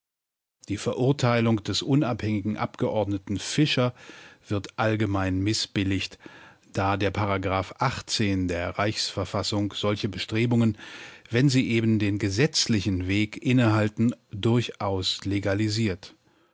die verurteilung des unabhängigen abgeordneten fischer wird allgemein mißbilligt da der der reichsverfassung solche bestrebungen wenn sie eben den gesetzlichen weg innehalten durchaus legalisiert